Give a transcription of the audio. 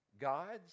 God's